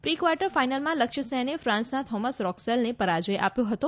pre quarter ફાઈનલમાં લક્ષ્ય સેને ફાન્સનાં થોમસ રોકસેલને પરાજય આપ્યો હતો